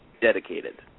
Dedicated